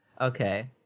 okay